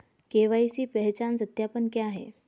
KYC पहचान सत्यापन क्या है?